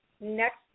next